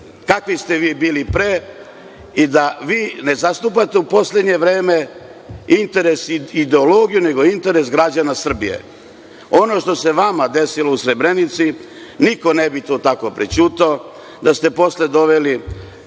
kakvi ste vi bili pre i da vi ne zastupate u poslednje vreme interes i ideologiju, nego interes građana Srbije. Ono što se vama desilo u Srebrenici niko ne bi to tako prećutao, da ste posle doveli